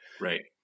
Right